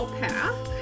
path